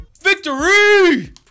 Victory